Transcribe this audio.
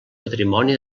patrimoni